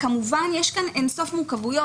יש כאן אינסוף מורכבויות,